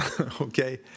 Okay